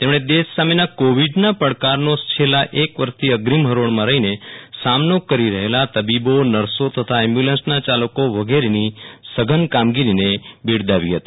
તેમણે દેશ સામેના કોવીડના પડકારનો છેલ્લા એક વર્ષથી અગ્રીમ ફરોળમાં રહીને સામનો કરી રહેલા તબીબો નર્સો તથા એપ્બ્યુલન્સના યાલકો વગેરેની સઘન કામગીરીને બિરદાવી હતી